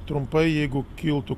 trumpai jeigu kiltų